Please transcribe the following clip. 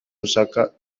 osaka